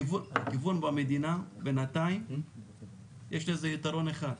הכיוון במדינה בינתיים, יש לזה יתרון אחד.